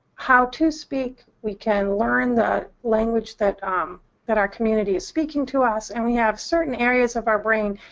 how to speak we can learn the language that um that our community is speaking to us. and we have certain areas of our brain.